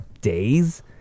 days